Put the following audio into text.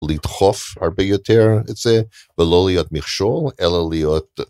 לדחוף הרבה יותר ולא להיות מכשול אלא להיות.